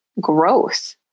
growth